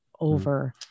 over